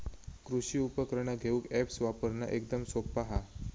कृषि उपकरणा घेऊक अॅप्स वापरना एकदम सोप्पा हा